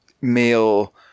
male